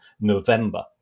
November